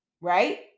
right